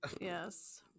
yes